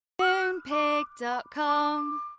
Moonpig.com